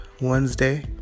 Wednesday